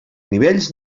nivells